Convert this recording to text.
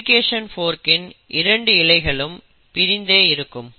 ரெப்லிகேடின் போர்க் இன் 2 இழைகளும் பிரிந்தே இருக்கும்